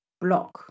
Block